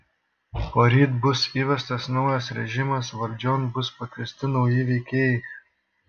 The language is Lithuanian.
poryt bus įvestas naujas režimas valdžion bus pakviesti nauji veikėjai